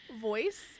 voice